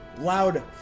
loud